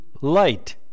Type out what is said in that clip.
light